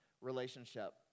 relationship